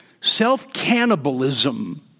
self-cannibalism